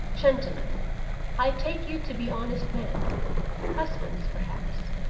gentleman i take you to be honest men husbands, perhaps,